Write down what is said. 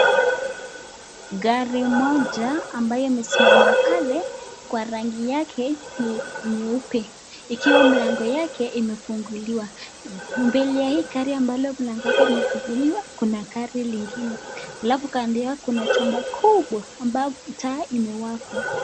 Gari moja ambayo imesimama pale kwa rangi yake nyeupe. Ikiwa mlango yake imefunguliwa. Mbele ya hii gari ambalo mlango wake imefunguliwa kuna gari lingine. Alafu kando ya kuna chupa kubwa ambayo taa imewakwa.